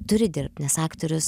turi dirbt nes aktorius